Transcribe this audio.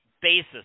basis